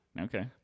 Okay